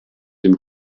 dem